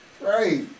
Right